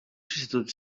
substitut